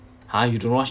!huh! you don't know what's